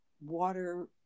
water